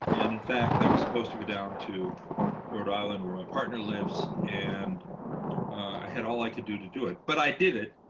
and in fact, i was supposed to go down to rhode island, where my partner lives. and i had all i could do to do it. but i did it.